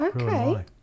Okay